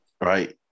right